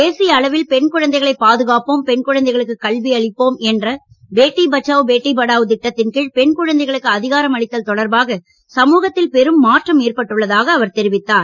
தேசிய அளவில் பெண் குழந்தைகள் பாதுகாப்போம் பெண் குழந்தைகளுக்கு கல்வி அளிப்போம் என்ற பேட்டி பச்சாவ் பேட்டி படாவ் திட்டத்தின் கீழ் பெண் குழந்தைகளுக்கு அதிகாரம் அளித்தல் தொடர்பாக சமூகத்தில் பெரும் மாற்றம் ஏற்பட்டுள்ளதாக அவர் தெரிவித்தார்